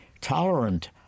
tolerant